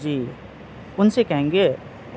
جی ان سے کہیں گے